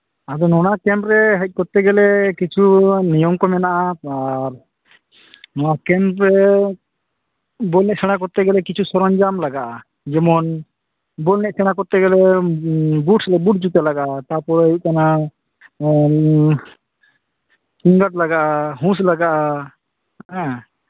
ᱟᱫᱚ ᱚᱱᱟ ᱠᱮᱢᱯ ᱨᱮ ᱦᱮᱡ ᱠᱚᱛᱛᱮ ᱜᱮᱞᱮ ᱠᱤᱪᱷᱩ ᱱᱤᱭᱮᱢ ᱠᱚ ᱢᱮᱱᱟᱜᱼᱟ ᱱᱚᱣᱟ ᱠᱮᱢᱯ ᱨᱮ ᱵᱚᱞ ᱮᱱᱮᱡ ᱥᱮᱬᱟ ᱠᱚᱨᱛᱮ ᱜᱮᱞᱮ ᱠᱤᱪᱷᱩ ᱥᱚᱨᱚᱧᱡᱟᱢ ᱞᱟᱜᱟᱜᱼᱟ ᱡᱮᱢᱚᱱ ᱵᱚᱞ ᱮᱱᱮᱡ ᱥᱮᱬᱟ ᱠᱚᱛᱛᱮ ᱜᱮᱞᱮ ᱵᱩᱴ ᱵᱩᱴ ᱡᱩᱛᱟᱹ ᱞᱟᱜᱟᱜᱼᱟ ᱛᱟᱨᱯᱚᱨᱮ ᱦᱩᱭᱩᱜ ᱠᱟᱱᱟ ᱠᱮᱢᱞᱮᱴ ᱞᱟᱜᱟᱜᱼᱟ ᱦᱩᱥ ᱞᱟᱜᱟᱜᱼᱟ ᱦᱮᱸ